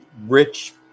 rich